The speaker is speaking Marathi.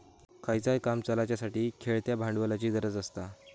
खयचाय काम चलाच्यासाठी खेळत्या भांडवलाची गरज आसता